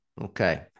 okay